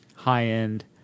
high-end